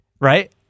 right